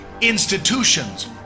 institutions